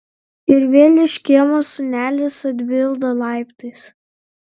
ir vėl iš kiemo sūnelis atbilda laiptais